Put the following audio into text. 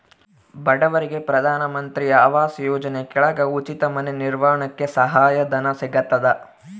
ಬಡವರಿಗೆ ಪ್ರಧಾನ ಮಂತ್ರಿ ಆವಾಸ್ ಯೋಜನೆ ಕೆಳಗ ಉಚಿತ ಮನೆ ನಿರ್ಮಾಣಕ್ಕೆ ಸಹಾಯ ಧನ ಸಿಗತದ